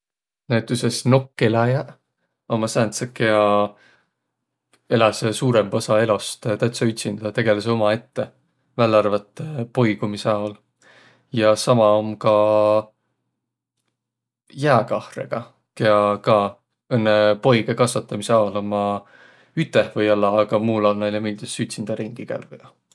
Näütüses nokkeläjäq ommaq sääntseq, kiä eläseq suurõmba osa elost täütsä ütsindä. Nä tegeleseq umaette, vällä arvat poigumisõ aol. Ja sama om ka jääkahrõga, kiä ka õnnõ poigõ kasvatamisõ aol ommaq üteh või-ollaq, aga muul aol näile miildüs ütsindä ringi kävvüq.